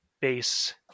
base